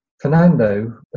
Fernando